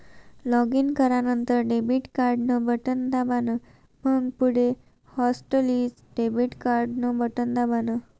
login करानंतर debit card न button दाबान, मंग पुढे हॉटलिस्ट डेबिट कार्डन बटन दाबान